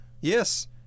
Yes